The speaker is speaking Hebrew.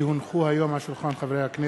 כי הונחו היום על שולחן הכנסת,